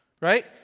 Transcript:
Right